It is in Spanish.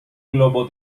globo